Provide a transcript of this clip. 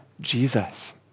Jesus